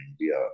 India